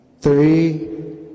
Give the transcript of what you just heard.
three